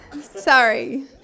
sorry